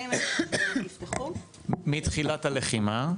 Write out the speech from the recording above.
כ-40,000 חשבונות נפתחו מתחילת הלחימה,